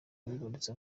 yibarutse